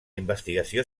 investigació